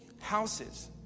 houses